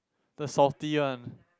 the salty one